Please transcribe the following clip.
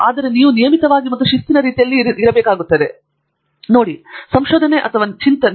ಆದರೆ ನೀವು ನಿಯಮಿತವಾಗಿ ಮತ್ತು ಶಿಸ್ತಿನ ರೀತಿಯಲ್ಲಿ ಇರಿಸಬೇಕಾಗುತ್ತದೆ ಇದರಿಂದಾಗಿ ನಿಮ್ಮ ಸಣ್ಣ ಕಲ್ಪನೆಯನ್ನು ದೊಡ್ಡದಕ್ಕೆ ಹೆಚ್ಚಿಸಬಹುದು